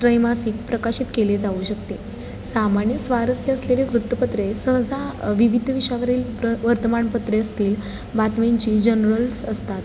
त्रैमासिक प्रकाशित केले जाऊ शकते सामान्य स्वारस्य असलेले वृत्तपत्रे सहसा विविध विषयावरील प्र व वर्तमानपत्रे असतील बातम्यांची जनरल्स असतात